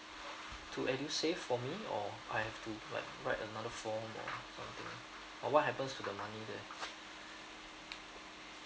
to edusave for me or I have to write write another form or or what happens to the money left